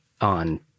on